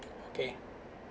okay